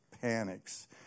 panics